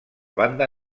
banda